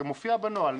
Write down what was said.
זה מופיע בנוהל.